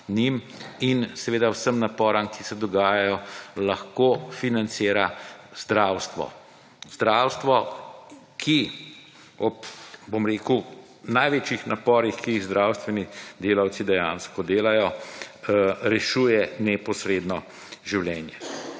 njim in seveda vsem naporom, ki se dogajajo, lahko financira zdravstvo, zdravstvo, ki v ob, bom rekel, največjih uporih, ki jih zdravstveni delavci dejansko delajo, rešuje neposredno življenja.